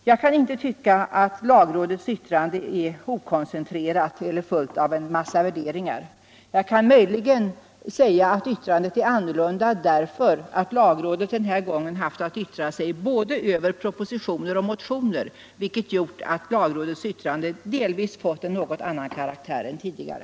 Jag kan inte anse att lagrådets yttrande är okoncentrerat eller fullt av en massa värderingar, jag kan möjligen säga att yttrandet är annorlunda därför att lagrådet den här gången haft att yttra sig över både propositionen och motionerna, vilket gjort att lagrådets yttrande delvis fått en något annan karaktär än tidigare.